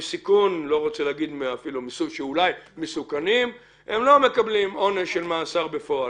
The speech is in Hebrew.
סיכון הם לא מקבלים עונש של מאסר בפועל.